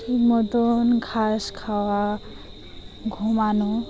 ঠিক মতন ঘাস খাওয়া ঘুমানো